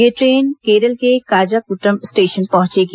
यह ट्रेन केरल के काजाहकूटम स्टेशन पहुंचेगी